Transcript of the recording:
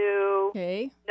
Okay